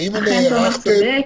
אכן תומר צודק,